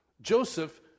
Joseph